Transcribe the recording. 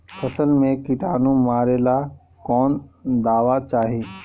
फसल में किटानु मारेला कौन दावा चाही?